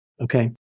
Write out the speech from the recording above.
okay